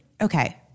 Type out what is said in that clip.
Okay